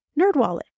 Nerdwallet